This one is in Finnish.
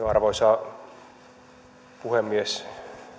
arvoisa puhemies